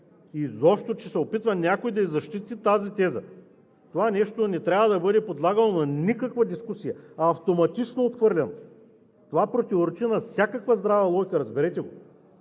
и изобщо, че се опитва някой да защити тази теза. Това нещо не трябва да бъде подлагано на никаква дискусия. Автоматично отхвърлям! Това противоречи на всякаква здрава логика, разберете го!